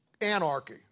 anarchy